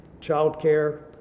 childcare